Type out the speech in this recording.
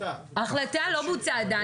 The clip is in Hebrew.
ההחלטה לא בוצעה עדיין.